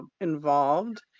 involved